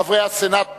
חברי הסנאט